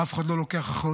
אף אחד לא לוקח אחריות.